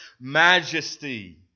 majesty